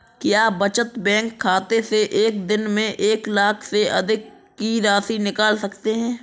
क्या बचत बैंक खाते से एक दिन में एक लाख से अधिक की राशि निकाल सकते हैं?